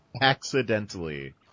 Accidentally